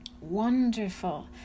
wonderful